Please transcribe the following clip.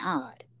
odd